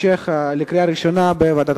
בעד,